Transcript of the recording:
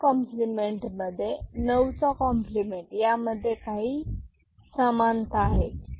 1s complement आणि 9चा complement यामध्ये काही समानता आहेत